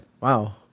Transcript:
Wow